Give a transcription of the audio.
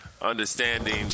understanding